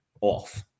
off